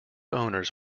owners